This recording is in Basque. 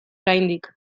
oraindik